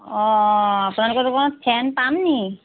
অঁ আপোনালোকৰ দোকানত ফেন পামনি